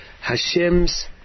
Hashem's